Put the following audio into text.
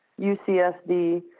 UCSD